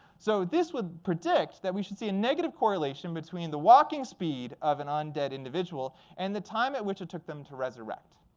so this would predict that we should see a negative correlation between the walking speed of an undead individual and the time at which it took them to resurrect.